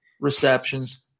receptions